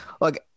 look